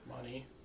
money